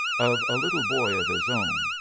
of a little boy of his own,